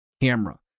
camera